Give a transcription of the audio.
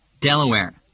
Delaware